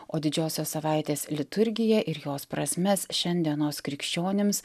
o didžiosios savaitės liturgiją ir jos prasmes šiandienos krikščionims